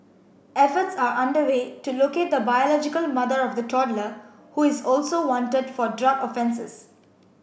efforts are underway to locate the biological mother of the toddler who is also wanted for drug offences